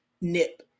nip